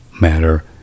matter